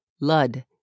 Lud